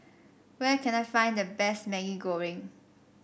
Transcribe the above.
where can I find the best Maggi Goreng